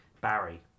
Barry